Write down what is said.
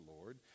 Lord